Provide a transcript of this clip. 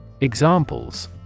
Examples